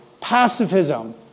pacifism